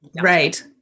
Right